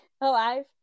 alive